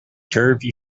turvy